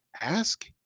ask